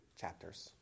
chapters